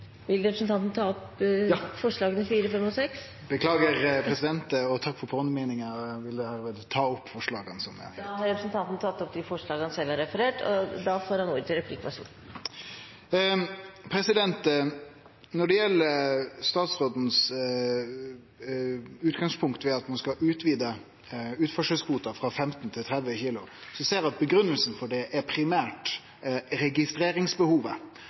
vil presidenten anta at han skal ta opp forslagene 4, 5 og 6? Takk for påminninga. Ja, eg vil ta opp dei forslaga. Da har representanten tatt opp de forslagene han har referert til. Når det gjeld det som er utgangspunktet for statsråden, at ein skal utvide utførselskvoten frå 15 til 30 kilo, er grunngivinga primært registreringsbehovet.